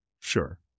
sure